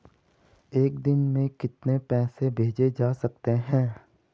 एक दिन में कितने पैसे भेजे जा सकते हैं?